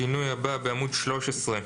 שינוי הבא, בעמוד 13,